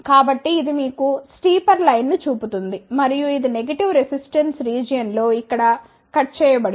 కాబట్టి ఇది మీకు స్టీపర్ లైన్ ను చూపుతుంది మరియు ఇది నెగెటివ్ రెసిస్టెన్స్ రీజియన్ లో ఇక్కడ కట్చేయబడింది